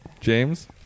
James